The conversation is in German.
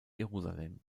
jerusalem